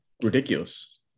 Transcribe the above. ridiculous